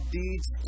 deeds